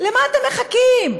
למה אתם מחכים?